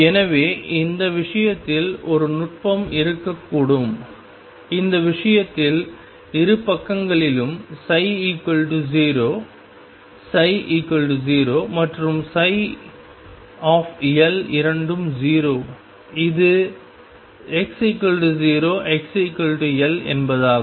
எனவே இந்த விஷயத்தில் ஒரு நுட்பம் இருக்கக்கூடும் இந்த விஷயத்தில் இரு பக்கங்களிலும் ψ 0 ψ மற்றும் L இரண்டும் 0 இது x 0 x L என்பதாகும்